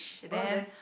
oh that's